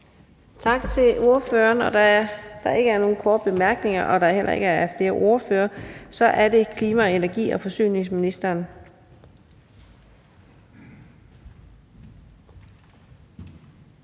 Tak til ordføreren. Da der ikke er nogen korte bemærkninger og der heller ikke er flere ordførere, der ønsker ordet, er det klima-, energi- og forsyningsministeren.